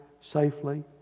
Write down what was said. safely